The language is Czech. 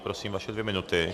Prosím, vaše dvě minuty.